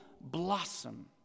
blossom